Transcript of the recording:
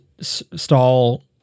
stall